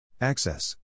Access